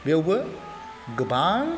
बेवबो गोबां